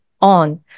on